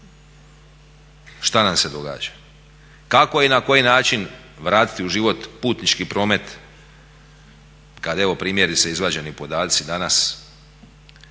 šta nam se događa? Kako i na koji način vratiti putnički promet kada evo primjerice izvađeni podaci danas